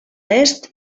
est